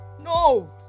No